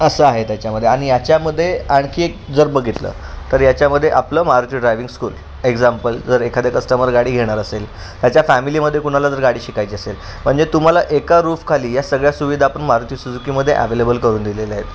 असं आहे त्याच्यामध्ये आणि याच्यामध्ये आणखी एक जर बघितलं तर याच्यामध्ये आपलं मारुती ड्रायविंग स्कूल एक्झाम्पल जर एखादे कस्टमर गाडी घेणार असेल त्याच्या फॅमिलीमध्ये कुणाला जर गाडी शिकायची असेल म्हणजे तुम्हाला एका रूफखाली या सगळ्या सुविधा आपण मारुती सुजुकीमध्ये ॲव्हेलेबल करून दिलेले आहेत